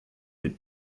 but